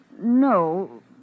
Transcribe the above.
no